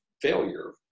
failure